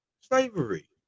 slavery